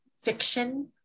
fiction